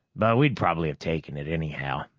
but we'd probably have taken it anyhow.